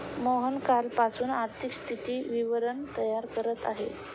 मोहन कालपासून आर्थिक स्थिती विवरण तयार करत आहे